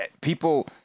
people